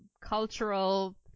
cultural